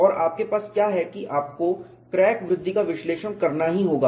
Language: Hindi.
और आपके पास क्या है कि आपको क्रैक वृद्धि का विश्लेषण करना ही होगा